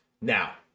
Now